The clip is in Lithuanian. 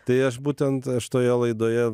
tai aš būtent aš toje laidoje